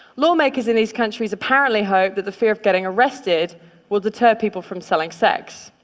lawmakers in these countries apparently hope that the fear of getting arrested will deter people from selling sex.